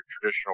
traditional